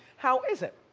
how is it?